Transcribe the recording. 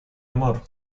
amor